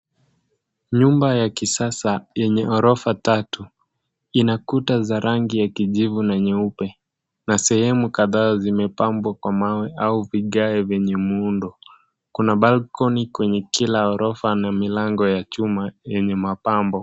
Nyumba ya kisasa yenye ghorofa tatu ina kuta za rangi ya kijivu na nyeupe na sehemu kadhaa zimepambwa na mawe au vigae vyenye miundo .Kuna balcony kwenye kila ghorofa na milango ya chuma yenye mapambo.